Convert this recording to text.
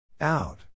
Out